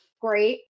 Great